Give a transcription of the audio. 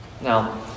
Now